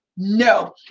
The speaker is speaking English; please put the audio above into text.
No